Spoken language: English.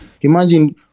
Imagine